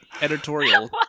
editorial